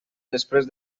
després